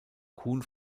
kuhn